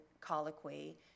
colloquy